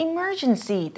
Emergency